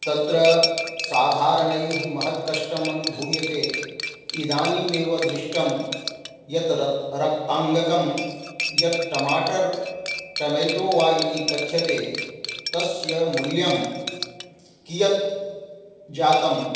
तत्र साधारणैः महत्कष्टम् अनुभूयते इदानीमेव दृष्टं यत् रक्त रक्ताङ्गकं यत् टमाटर् टेमेटो वा इति कथ्यते तस्य मूल्यं कियत् जातं